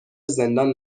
زندان